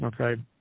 okay